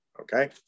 Okay